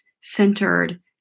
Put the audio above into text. centered